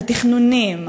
על תכנונים,